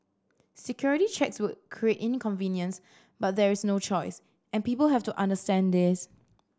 security checks will create inconvenience but there is no choice and people have to understand this